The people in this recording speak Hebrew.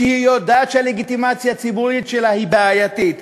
שהיא יודעת שהלגיטימציה הציבורית שלה היא בעייתית,